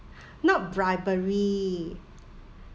not bribery